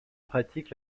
pratique